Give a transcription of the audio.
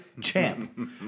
Champ